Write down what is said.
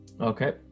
Okay